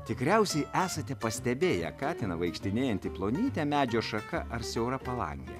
tikriausiai esate pastebėję katiną vaikštinėjantį plonyte medžio šaka ar siaura palange